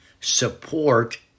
support